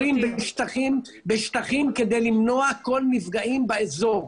עושים סיורים בשטחים כדי למנוע את כל מפגעים באזור,